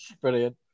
brilliant